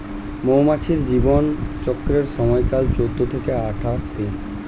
মৌমাছির জীবন চক্রের সময়কাল চৌদ্দ থেকে আঠাশ দিন